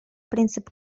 принцип